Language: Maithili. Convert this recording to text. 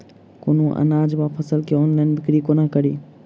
कोनों अनाज वा फसल केँ ऑनलाइन बिक्री कोना कड़ी?